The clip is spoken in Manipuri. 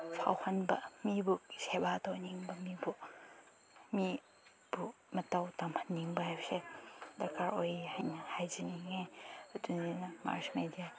ꯐꯥꯎꯍꯟꯕ ꯃꯤꯕꯨ ꯁꯦꯕꯥ ꯇꯣꯏꯅꯤꯡꯕ ꯃꯤꯕꯨ ꯃꯤꯕꯨ ꯃꯇꯧ ꯇꯝꯍꯟꯅꯤꯡꯕ ꯍꯥꯏꯕꯁꯦ ꯗꯔꯀꯥꯔ ꯑꯣꯏꯌꯦ ꯍꯥꯏꯅ ꯍꯥꯏꯖꯅꯤꯡꯉꯦ ꯑꯗꯨꯅꯤꯅ ꯃꯥꯔꯁ ꯃꯦꯗꯤꯌꯥ